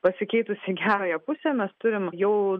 pasikeitusi į gerąją pusę mes turim jau